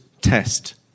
test